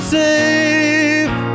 safe